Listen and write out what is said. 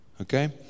Okay